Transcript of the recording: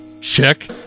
Check